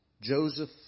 Joseph